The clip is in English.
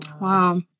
Wow